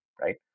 right